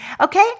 Okay